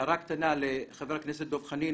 הערה קטנה לחבר הכנסת דב חנין.